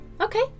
Okay